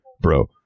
bro